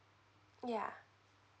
yeah